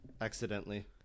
accidentally